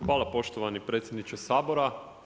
Hvala poštovani predsjedniče Sabora.